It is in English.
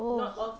oh